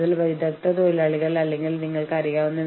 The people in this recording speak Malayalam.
ഇത്തരമൊരു പണിമുടക്ക് തൊഴിലുടമകൾ പ്രതീക്ഷിച്ചേക്കാം